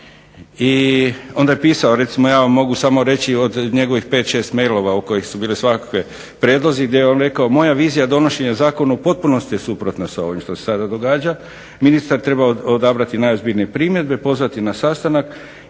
i onda je pisao, recimo ja vam mogu samo reći od njegovih 5, 6 mejlova od kojih su bile svakakvi prijedlozi, gdje je on rekao moja vizija donošenja zakona u potpunosti je suprotna s ovim što se sada događa, ministar treba odabrati najozbiljnije primjedbe, pozvati na sastanak